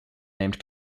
named